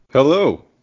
Hello